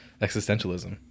Existentialism